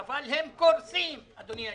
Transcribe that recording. אבל הם קורסים אדוני היושב-ראש.